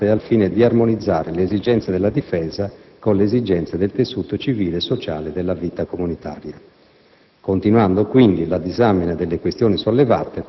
un rapporto permanente di collaborazione con le Forze armate al fine di armonizzare le esigenze della Difesa con quelle del tessuto civile e sociale della vita comunitaria.